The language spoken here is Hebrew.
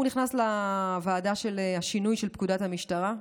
הוא נכנס לוועדה של השינוי של פקודת המשטרה,